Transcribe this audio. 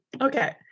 Okay